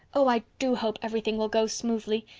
oh, i do hope everything will go smoothly.